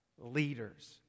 leaders